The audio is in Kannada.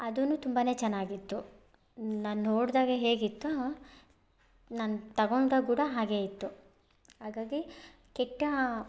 ಅದೂ ತುಂಬಾ ಚೆನ್ನಾಗಿತ್ತು ನಾನು ನೋಡಿದಾಗ ಹೇಗಿತ್ತೊ ನಾನು ತಗೊಂಡಾಗ ಕೂಡ ಹಾಗೆ ಇತ್ತು ಹಾಗಾಗಿ ಕೆಟ್ಟ